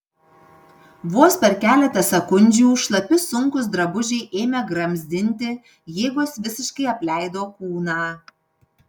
vos per keletą sekundžių šlapi sunkūs drabužiai ėmė gramzdinti jėgos visiškai apleido kūną